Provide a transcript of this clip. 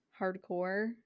hardcore